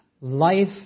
Life